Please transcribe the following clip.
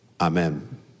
Amen